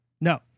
No